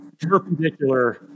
perpendicular